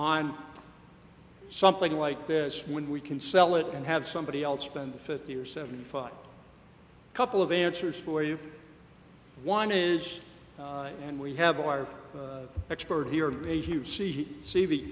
on something like this when we can sell it and have somebody else spend fifty or seventy five a couple of answers for you one is and we have our expert here